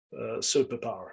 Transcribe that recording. superpower